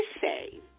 say